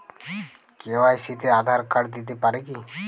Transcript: KYC তে Aadhaar card দিতে পারি কি?